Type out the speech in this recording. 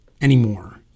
anymore